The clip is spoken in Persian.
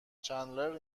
چندلر